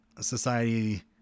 society